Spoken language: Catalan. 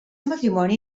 matrimoni